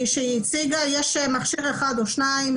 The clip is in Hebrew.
יש מכשיר אחד או שניים.